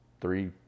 three